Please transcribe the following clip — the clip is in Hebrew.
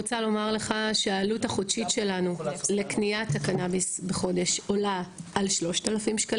העלות החודשית שלנו לקניית הקנביס בחודש עולה על 3,000 ש"ח.